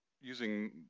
using